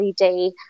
LED